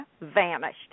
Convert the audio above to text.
vanished